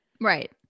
Right